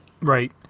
Right